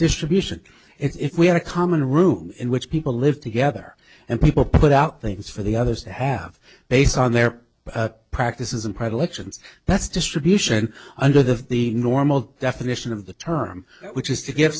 distribution if we have a common room in which people live together and people put out things for the others to have based on their practice isn't predilections that's distribution under the the normal definition of the term which is to give